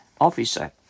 officer